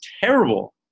terrible